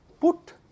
put